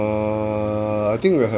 uh I think we'll have